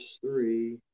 three